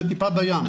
זה טיפה בים.